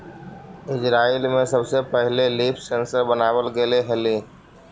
Israel में सबसे पहिले लीफ सेंसर बनाबल गेले हलई